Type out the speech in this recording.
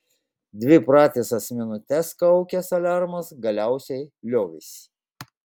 dvi pratisas minutes kaukęs aliarmas galiausiai liovėsi